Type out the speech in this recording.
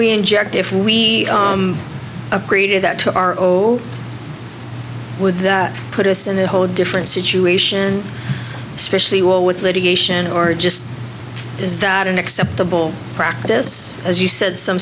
we inject if we created that to our own would that put us in a whole different situation especially well with litigation or just is that an acceptable practice as you said some